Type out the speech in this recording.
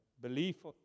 belief